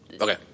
Okay